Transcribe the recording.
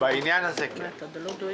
בעניין הזה, כן.